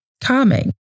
calming